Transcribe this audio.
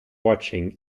watching